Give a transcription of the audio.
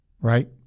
right